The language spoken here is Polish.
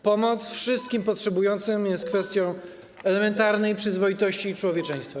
Pomoc wszystkim potrzebującym jest kwestią elementarnej przyzwoitości i człowieczeństwa.